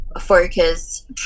focus